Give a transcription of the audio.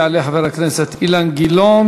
יעלה חבר הכנסת אילן גילאון,